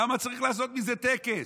למה צריך לעשות מזה טקס?